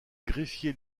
greffier